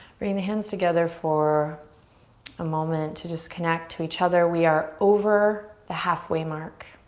bring the hands together for a moment to just connect to each other. we are over the halfway mark.